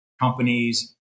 companies